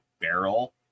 barrel